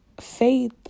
faith